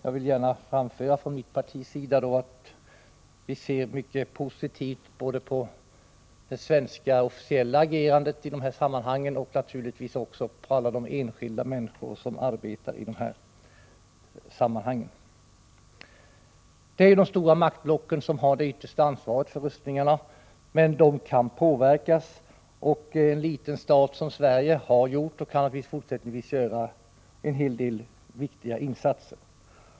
Jag vill gärna framhålla att vi från mitt partis sida ser mycket positivt på både det svenska officiella agerandet i dessa sammanhang och naturligtvis också på alla de enskilda människornas arbete i dessa frågor. Det är ju de stora maktblocken som har det yttersta ansvaret för rustningarna — men de kan påverkas. Och en liten stat som Sverige har gjort och kan naturligtvis även fortsättningsvis göra en hel del viktiga insatser.